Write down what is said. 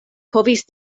povis